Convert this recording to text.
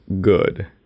good